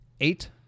eight